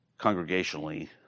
congregationally